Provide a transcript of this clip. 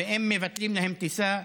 ואם מבטלים להם טיסה,